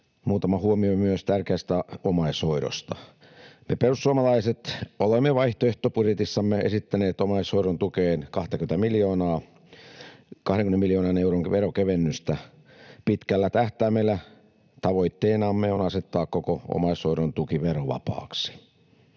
Muutama huomio myös tärkeästä omaishoidosta. Me perussuomalaiset olemme vaihtoehtobudjetissamme esittäneet omaishoidon tukeen 20 miljoonan euron verokevennystä. Pitkällä tähtäimellä tavoitteenamme on asettaa koko omaishoidon tuki verovapaaksi.